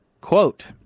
quote